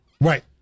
Right